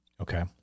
okay